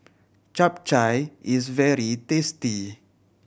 Chap Chai is very tasty